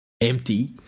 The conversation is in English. empty